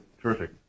terrific